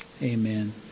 Amen